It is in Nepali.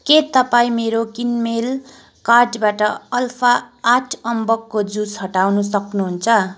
के तपाईँ मेरो किनमेल कार्टबाट अल्फा आठ अम्बकको जुस हटाउन सक्नुहुन्छ